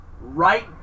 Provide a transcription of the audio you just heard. Right